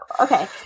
okay